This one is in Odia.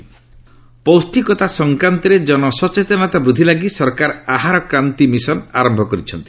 ଆହର କ୍ରାନ୍ତୀ ପୌଷ୍ଟିକତା ସଂକ୍ରାନ୍ତରେ ଜନସଚେତନତା ବୃଦ୍ଧି ଲାଗି ସରକାର ଆହାର କ୍ରାନ୍ତୀ ମିଶନ୍ ଆରମ୍ଭ କରିଛନ୍ତି